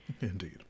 Indeed